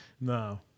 No